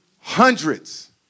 Hundreds